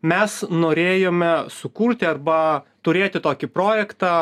mes norėjome sukurti arba turėti tokį projektą